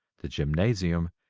the gymnasium,